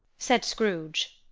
said scrooge.